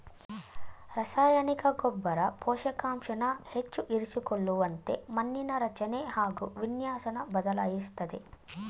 ರಸಾಯನಿಕ ಗೊಬ್ಬರ ಪೋಷಕಾಂಶನ ಹೆಚ್ಚು ಇರಿಸಿಕೊಳ್ಳುವಂತೆ ಮಣ್ಣಿನ ರಚನೆ ಹಾಗು ವಿನ್ಯಾಸನ ಬದಲಾಯಿಸ್ತದೆ